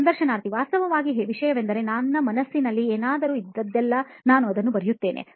ಸಂದರ್ಶನಾರ್ಥಿ ವಾಸ್ತವವಾಗಿ ವಿಷಯವೆಂದರೆ ನನ್ನ ಮನಸ್ಸಿನಲ್ಲಿ ಏನಾದರೂ ಇದ್ದಾಗಲೆಲ್ಲಾ ನಾನು ಅದನ್ನು ಬರೆಯುತ್ತೇನೆ